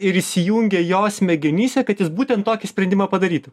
ir įsijungia jo smegenyse kad jis būtent tokį sprendimą padarytų